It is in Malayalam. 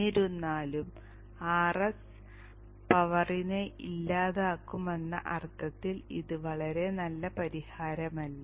എന്നിരുന്നാലും Rs പവറിനെ ഇല്ലാതാക്കുമെന്ന അർത്ഥത്തിൽ ഇത് വളരെ നല്ല പരിഹാരമല്ല